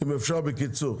אם אפשר בקיצור.